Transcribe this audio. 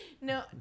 no